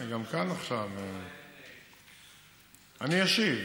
אני אשיב.